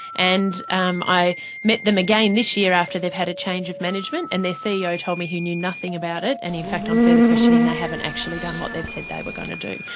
and um i met them again this year after they've had a change of management and their ceo told me he knew nothing about it and in fact on further questioning they haven't actually done what they've said they were going to do.